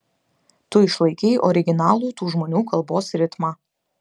tu išlaikei originalų tų žmonių kalbos ritmą